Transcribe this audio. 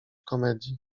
komedii